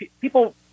people